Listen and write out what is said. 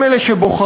הם אלה שבוחרים,